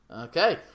Okay